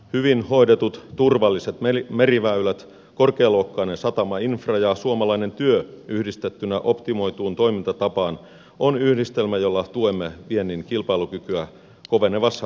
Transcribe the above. hyvin hoidetut turvalliset meriväylät korkealuokkainen satamainfra ja suomalainen työ yhdistettynä optimoituun toimintatapaan on yhdistelmä jolla tuemme viennin kilpailukykyä kovenevassa kansainvälisessä kilpailussa